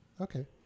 Okay